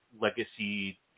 legacy